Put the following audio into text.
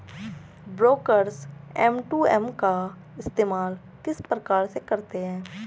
Brokers M two M का इस्तेमाल किस प्रकार से करते हैं?